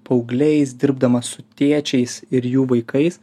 paaugliais dirbdamas su tėčiais ir jų vaikais